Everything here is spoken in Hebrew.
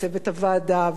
לצוות הוועדה,